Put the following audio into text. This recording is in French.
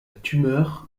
tumeur